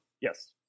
Yes